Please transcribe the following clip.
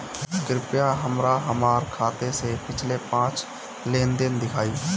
कृपया हमरा हमार खाते से पिछले पांच लेन देन दिखाइ